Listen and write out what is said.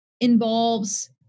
involves